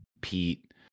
Pete